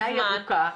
ממדינה ירוקה.